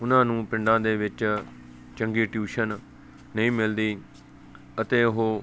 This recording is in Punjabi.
ਉਹਨਾਂ ਨੂੰ ਪਿੰਡਾਂ ਦੇ ਵਿੱਚ ਚੰਗੀ ਟਿਊਸ਼ਨ ਨਹੀਂ ਮਿਲਦੀ ਅਤੇ ਉਹ